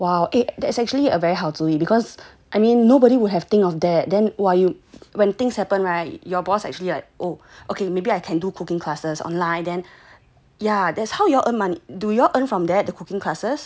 that's true that's true !wow! eh that's actually a very 好主意 because I mean nobody will have think of that then !wah! you when things happen right your boss actually oh okay maybe I can do cooking classes online then yeah that's how do y'all earn money do you all earn from that the cooking classes